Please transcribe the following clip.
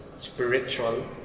spiritual